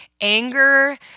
anger